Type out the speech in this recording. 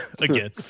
again